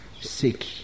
sick